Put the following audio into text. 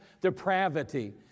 depravity